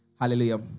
Hallelujah